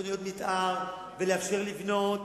מיתאר ולאפשר לבנות